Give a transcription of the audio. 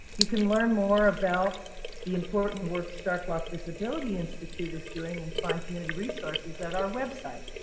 you can learn more about the important work starkloff disability institute is doing in fine community resources at our website,